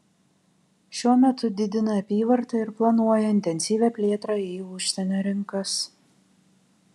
šiuo metu didina apyvartą ir planuoja intensyvią plėtrą į užsienio rinkas